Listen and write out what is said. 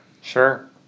sure